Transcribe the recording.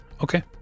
Okay